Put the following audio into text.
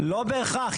לא בהכרח.